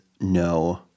no